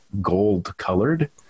gold-colored